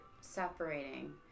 separating